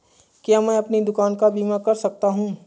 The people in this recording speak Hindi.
क्या मैं अपनी दुकान का बीमा कर सकता हूँ?